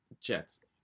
Jets